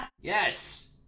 Yes